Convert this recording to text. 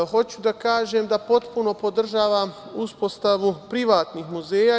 Hoću da kažem da potpuno podržavam uspostavu privatnih muzeja.